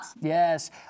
Yes